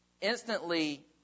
instantly